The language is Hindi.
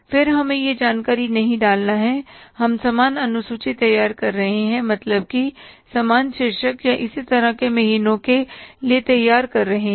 फिर हमें यह जानकारी नहीं डालना है हम समान अनुसूची तैयार कर रहे हैं मतलब की समान शीर्षक या इसी तरह के महीनों के के लिए तैयार कर रहे हैं